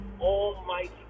almighty